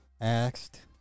asked